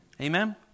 Amen